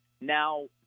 now